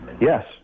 Yes